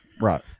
Right